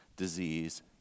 disease